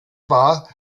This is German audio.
war